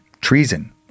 treason